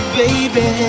baby